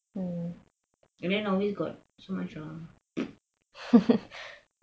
and then always got so much drama